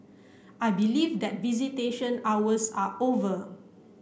I believe that visitation hours are over